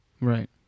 right